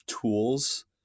tools